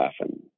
laughing